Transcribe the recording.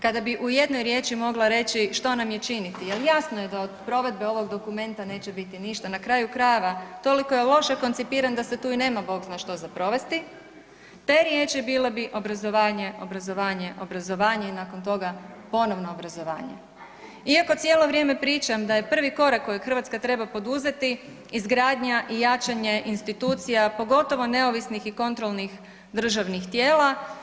Kada bi u jednoj riječi mogla reći što nam je činiti jel jasno je da od provedbe ovog dokumenta neće biti ništa, na kraju krajeva toliko je loše koncipiran da se tu i nema bog zna što za provesti, te riječi bile bi obrazovanje, obrazovanje, obrazovanje i nakon toga ponovno obrazovanje, iako cijelo vrijeme pričam da je prvi korak kojeg Hrvatska treba poduzeti izgradnja i jačanje institucija, pogotovo neovisnih i kontrolnih državnih tijela.